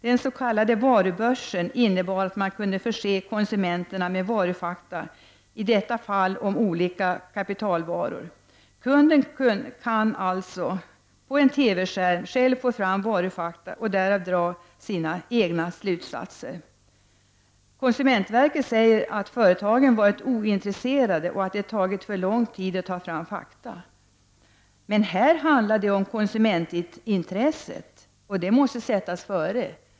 Den s.k. Varubörsen innebar att man kunde förse konsumenterna med varufakta, i detta fall om olika kapitalvaror. Kunden hade alltså möjlighet att på en TV-skärm själv få fram varufakta och därav dra sina egna slutsatser. Konsumentverket säger att företagen har varit ointresserade och att det har tagit för lång tid att få fram fakta. Här handlar det dock om konsumentintresset. Det måste sättas före.